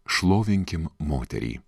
šlovinkim moterį